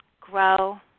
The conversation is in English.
grow